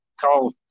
call